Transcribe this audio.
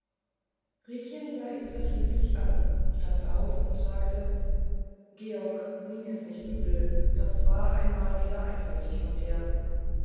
riekchen sah ihn verdrießlich an stand auf und sagte georg nimm mir's nicht übel das war einmal wieder einfältig von dir